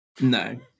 No